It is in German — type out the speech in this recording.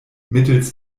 mittels